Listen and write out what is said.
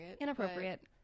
Inappropriate